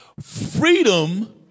Freedom